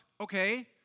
Okay